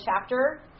chapter